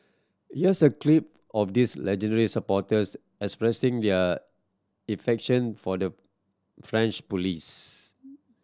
here's a clip of these legendary supporters expressing their effection for the French police